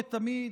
כתמיד,